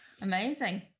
amazing